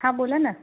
हां बोला ना